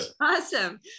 Awesome